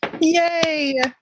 Yay